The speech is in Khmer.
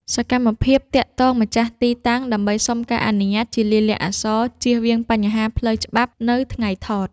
សកម្មភាពទាក់ទងម្ចាស់ទីតាំងដើម្បីសុំការអនុញ្ញាតជាលាយលក្ខណ៍អក្សរ ជៀសវាងបញ្ហាផ្លូវច្បាប់នៅថ្ងៃថត។